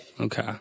Okay